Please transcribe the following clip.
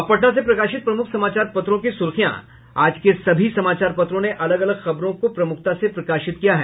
अब पटना से प्रकाशित प्रमुख समाचार पत्रों की सुर्खियां आज के सभी समाचार पत्रों ने अलग अलग खबरों को प्रमुखता से प्रकाशित किया है